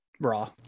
Raw